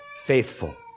faithful